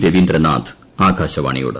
രവീന്ദ്രനാഥ് ആകാശവാണിയോട്